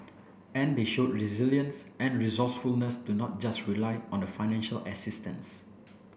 and they showed resilience and resourcefulness to not just rely on the financial assistance